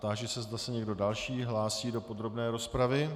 Táži se, zda se někdo další hlásí do podrobné rozpravy.